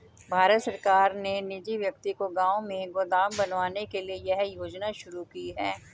भारत सरकार ने निजी व्यक्ति को गांव में गोदाम बनवाने के लिए यह योजना शुरू की है